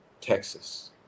Texas